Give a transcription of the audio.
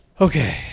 Okay